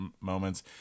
moments